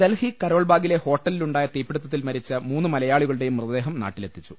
ഡൽഹി കരോൾബാഗിലെ ഹോട്ടലിലുണ്ടായ തീപിടിത്ത ത്തിൽ മരിച്ച മൂന്ന് മലയാളികളുടെയും മൃതദേഹം നാട്ടിലെത്തി ച്ചു